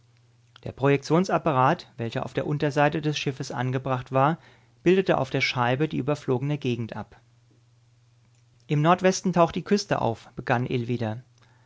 der projektionsapparat welcher auf der unterseite des schiffes angebracht war bildete auf der scheibe die überflogene gegend ab im nordwesten taucht die küste auf begann